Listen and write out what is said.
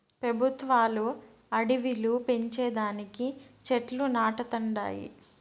పెబుత్వాలు అడివిలు పెంచే దానికి చెట్లు నాటతండాయి